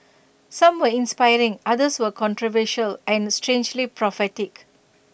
some were inspiring others were controversial and strangely prophetic